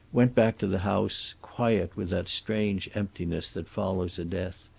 went back to the house, quiet with that strange emptiness that follows a death,